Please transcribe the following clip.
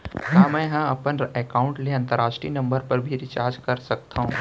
का मै ह अपन एकाउंट ले अंतरराष्ट्रीय नंबर पर भी रिचार्ज कर सकथो